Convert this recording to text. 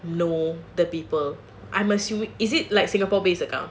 know the people I'm assuming is it like singapore based account